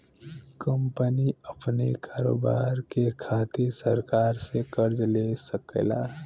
company अपने कारोबार के खातिर सरकार से कर्ज ले सकेला